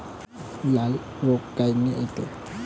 लाल्या रोग कायनं येते?